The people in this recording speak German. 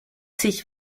sich